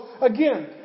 again